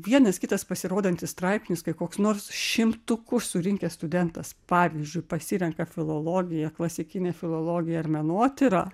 vienas kitas pasirodantis straipsnis kai koks nors šimtukus surinkęs studentas pavyzdžiui pasirenka filologiją klasikinę filologiją ar menotyrą